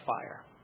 fire